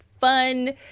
fun